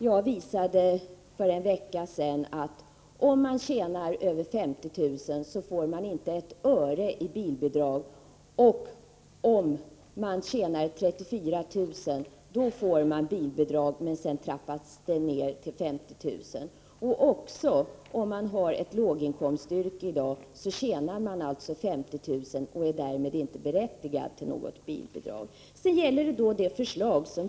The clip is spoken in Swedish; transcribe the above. Jag visade för en vecka sedan att om man tjänar över 50 000 kr. får man inte ett öre i bilbidrag. Man får bidrag om man tjänar 34 000 kr., men sedan trappas bidraget ner upp till en inkomst på 50 000 kr. Om man har ett låginkomstyrke tjänar man 50 000 kr. och är därmed inte berättigad till bilbidrag.